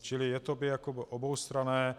Čili je to jakoby oboustranné.